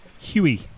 Huey